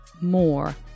more